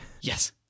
Yes